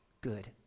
good